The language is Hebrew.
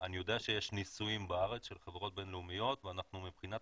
אני יודע שיש ניסויים בארץ של חברות בינלאומיות ומבחינת